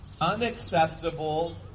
unacceptable